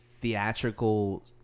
theatrical